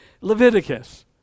Leviticus